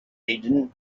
hidden